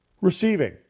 Receiving